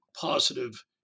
positive